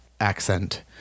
Accent